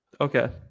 Okay